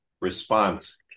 response